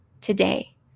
today